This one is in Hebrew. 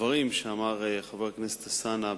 הדברים שאמר חבר הכנסת אלסאנע בהמשך,